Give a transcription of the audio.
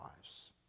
lives